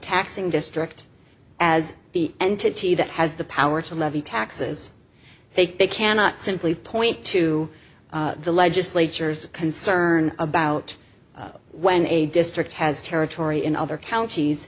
taxing district as the entity that has the power to levy taxes they cannot simply point to the legislature's concern about when a district has territory and other counties